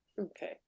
Okay